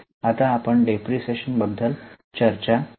आता आपण डिप्रीशीएशन बद्दल चर्चा करू